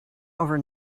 over